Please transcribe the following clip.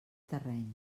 terreny